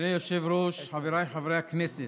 אדוני היושב-ראש, חבריי חברי הכנסת,